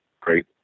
great